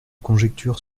conjectures